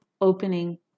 opening